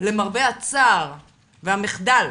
למרבה הצער והמחדל,